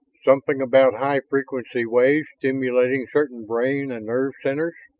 something about high-frequency waves stimulating certain brain and nerve centers.